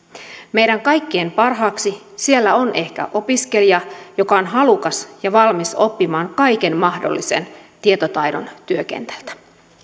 meidän kaikkien parhaaksi siellä on ehkä opiskelija joka on halukas ja valmis oppimaan kaiken mahdollisen tietotaidon työkentältä